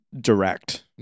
direct